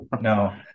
No